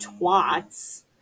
twats